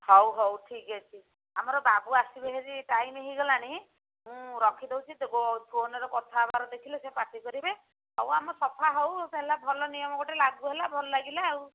ହଉ ହଉ ଠିକ୍ ଅଛି ଆମର ବାବୁ ଆସିବେ ହେରି ଟାଇମ୍ ହେଇଗଲାଣି ମୁଁ ରଖିଦେଉଛି ଗୋ ଫୋନ୍ରେ କଥା ହବାର ଦେଖିଲେ ସିଏ ପାଟି କରିବେ ହଉ ଆମ ସଫା ହଉ ହେଲା ଭଲ ନିୟମ ଗୋଟେ ଲାଗୁ ହେଲା ଭଲ ଲାଗିଲା ଆଉ